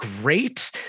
great